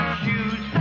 shoes